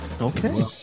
Okay